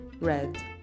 red